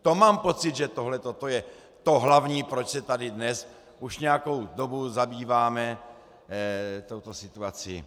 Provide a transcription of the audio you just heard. To mám pocit, že to je to hlavní, proč se tady dnes už nějakou dobu zabýváme touto situací.